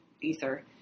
ether